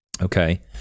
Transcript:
okay